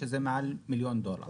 שזה מעל מיליון דולר.